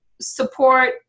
support